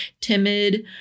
timid